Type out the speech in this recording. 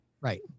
Right